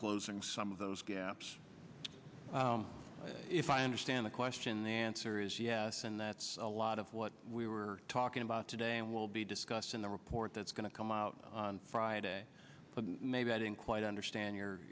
closing some of those gaps if i understand the question the answer is yes and that's a lot of what we were talking about today and will be discussed in the report that's going to come out on friday but maybe i didn't quite understand your